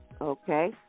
okay